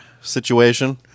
situation